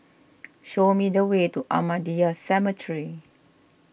show me the way to Ahmadiyya Cemetery